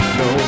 no